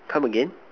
come again